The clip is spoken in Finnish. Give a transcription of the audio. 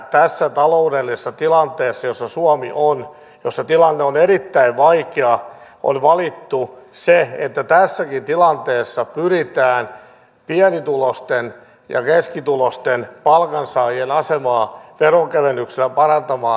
tässä taloudellisessa tilanteessa jossa suomi on jossa tilanne on erittäin vaikea on valittu se että tässäkin tilanteessa pyritään pienituloisten ja keskituloisten palkansaajien asemaa veronkevennyksillä parantamaan